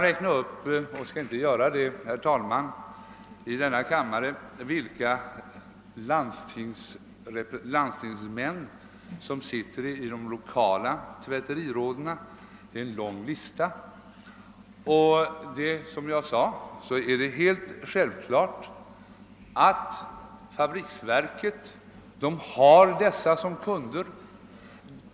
Jag skulle, herr talman, kunna räkna upp vilka landstingsmän som sitter i de lokala tvätteriråden, men det är en lång lista, och jag skall inte göra det. Som jag sade har fabriksverket dessa som kunder.